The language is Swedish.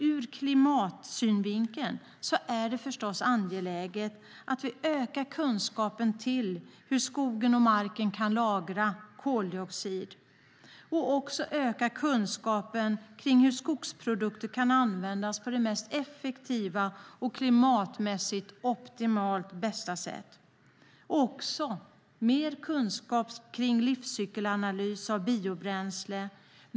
Ur klimatsynvinkel är det förstås angeläget att vi ökar kunskapen om hur skogen och marken kan lagra koldioxid samt kunskapen om hur skogsprodukter kan användas på det mest effektiva och klimatmässigt mest optimala sättet. Det behövs även mer kunskap om livscykelanalyser av biobränsle.